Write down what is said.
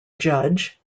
judge